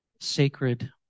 sacred